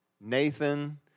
Nathan